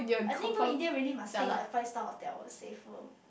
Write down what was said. I think go India really must stay in a five star hotel eh safer